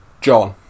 John